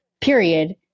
period